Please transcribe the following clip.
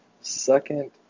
Second